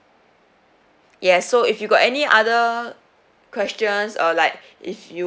yes so if you got any other questions or like if you